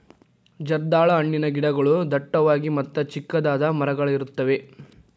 ಜರ್ದಾಳ ಹಣ್ಣಿನ ಗಿಡಗಳು ಡಟ್ಟವಾಗಿ ಮತ್ತ ಚಿಕ್ಕದಾದ ಮರಗಳಿರುತ್ತವೆ